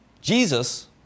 Jesus